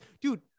Dude